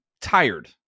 tired